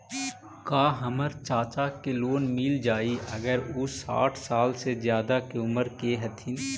का हमर चाचा के लोन मिल जाई अगर उ साठ साल से ज्यादा के उमर के हथी?